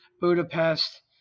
Budapest